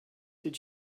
did